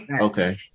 Okay